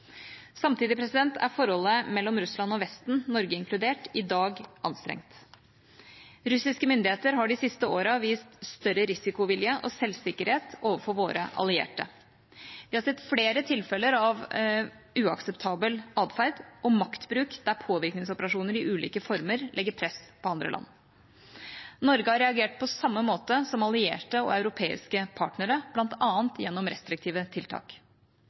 Samtidig er forholdet mellom Russland og Vesten, Norge inkludert, i dag anstrengt. Russiske myndigheter har de siste årene vist større risikovilje og selvsikkerhet overfor våre allierte. Vi har sett flere tilfeller av uakseptabel atferd og maktbruk der påvirkningsoperasjoner i ulike former legger press på andre land. Norge har reagert på samme måte som allierte og europeiske partnere, bl.a. gjennom restriktive tiltak.